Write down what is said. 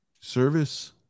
service